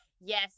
yes